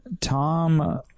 Tom